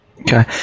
okay